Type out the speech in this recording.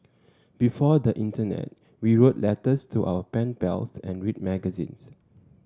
before the internet we wrote letters to our pen pals and read magazines